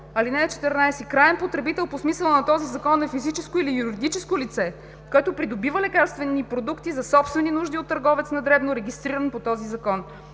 (14) Краен потребител по смисъла на този закон е физическо или юридическо лице, което придобива лекарствени продукти за собствени нужди от търговец на дребно регистриран по този закон.